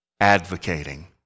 advocating